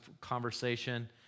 conversation